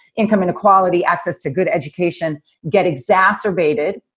income inequality, access to good education get exacerbated.